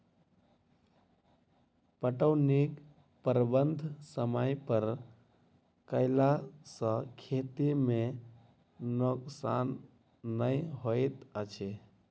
पटौनीक प्रबंध समय पर कयला सॅ खेती मे नोकसान नै होइत अछि